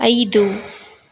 ಐದು